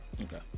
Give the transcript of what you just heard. Okay